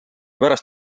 pärast